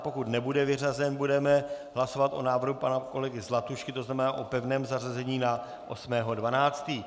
Pokud nebude vyřazen, budeme hlasovat o návrhu pana kolegy Zlatušky, tzn. o pevném zařazení na 8. 12.